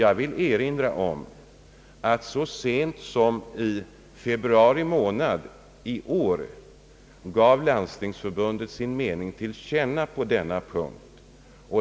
Jag vill emellertid erinra om att Landstingsförbundet så sent som i februari månad i år gav till känna sin mening på denna punkt.